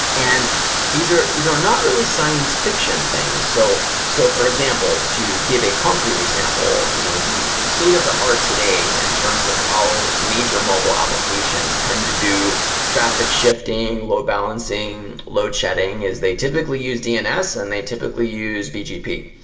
and these are not really science-fiction things. so, so for example, to give a concrete example, you know the the state of the art today in terms of how major mobile applications tend to do traffic shifting, load-balancing, load shedding, is they typically use dns and they typically use bgp.